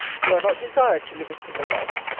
you are not desired to live a single life.